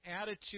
attitude